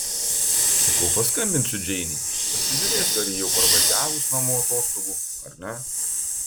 sakau paskambinsiu džeinei pasižiūrėsiu ar ji jau parvažiavus namo atostogų ar ne